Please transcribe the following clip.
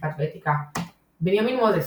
משפט ואתיקה בנימין מוזס,